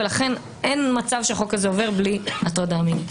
לכן אין מצב שהחוק הזה עובר בלי הטרדה מינית.